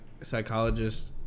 psychologist